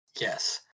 yes